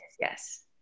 yes